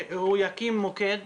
יקים מוקד